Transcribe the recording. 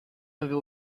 avevo